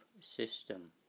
system